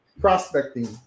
Prospecting